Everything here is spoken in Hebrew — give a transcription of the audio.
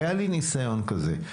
היה לי ניסיון כזה.